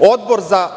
Odbor za